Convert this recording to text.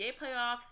playoffs